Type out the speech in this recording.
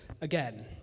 again